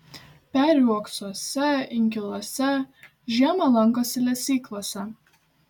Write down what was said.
peri uoksuose inkiluose žiemą lankosi lesyklose